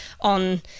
on